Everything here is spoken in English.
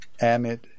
amid